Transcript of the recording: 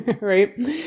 Right